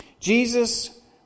Jesus